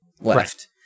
left